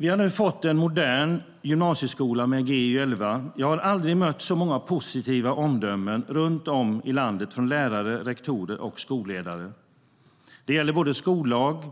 Vi har nu fått en modern gymnasieskola med Gy 2011. Jag har aldrig mött så många positiva omdömen runt om i landet från lärare, rektorer och skolledare. Det gäller både skollag,